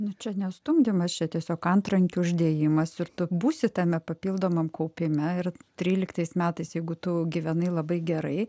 nu čia ne stumdymas čia tiesiog antrankių uždėjimas ir tu būsi tame papildomam kaupime ir tryliktais metais jeigu tu gyvenai labai gerai